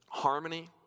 Harmony